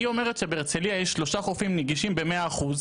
אומרת שבהרצליה יש שלושה חופים נגישים במאה אחוז,